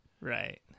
right